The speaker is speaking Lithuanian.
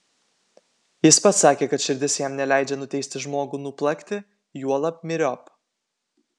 jis pats sakė kad širdis jam neleidžia nuteisti žmogų nuplakti juolab myriop